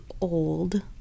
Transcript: old